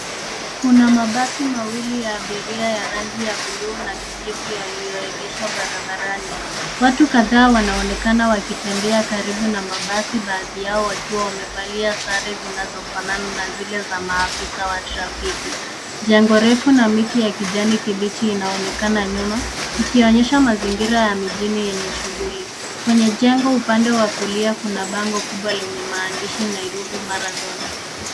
Kuna mabasi mawili ya abiria ya rangi ya bluu na kijivu yaliyoegeshwa barabarani, watu kadhaa wanaonekana wakitembea karibu na mabasi baadhi yao wakiwa wamevalia sare zinazofanana na zile za maafisa wa trafiki. Jengo refu na mti ya kijani kibichi inaonekana nyuma ikionyesha mazingira ya mijini yenye shughuli. Kwenye jengo upande wa kulia kuna bango kubwa lenye maandishi Nairobi Marathon.